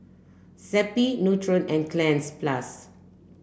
Zappy Nutren and Cleanz plus